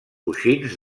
coixins